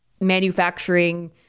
manufacturing